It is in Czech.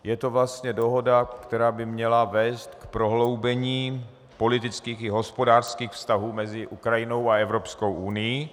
Je to vlastně dohoda, která by měla vést k prohloubení politických i hospodářských vztahů mezi Ukrajinou a Evropskou unií.